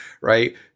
right